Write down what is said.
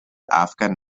afghan